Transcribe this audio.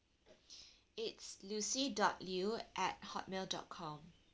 it's lucy dot liew at hotmail dot com